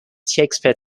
shakespeare